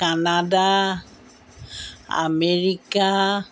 Canada America